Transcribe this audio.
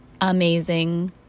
amazing